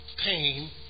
pain